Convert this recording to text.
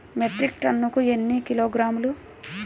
Metric టన్నుకు ఎన్ని కిలోగ్రాములు?